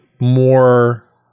more